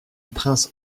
prince